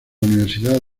universidad